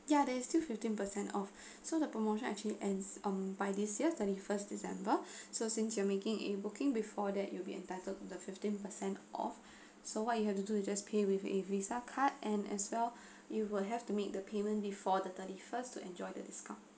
ya there's still fifteen percent off so the promotion actually ends um by this year thirty first december so since you are making a booking before that you will be entitled the fifteen per cent off so what you have to do you just pay with a visa card and as well you will have to make the payment before the thirty first to enjoy the discount